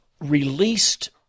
released